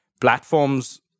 Platforms